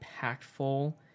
impactful